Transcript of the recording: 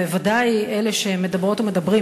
וודאי אלה שמדברות ומדברים,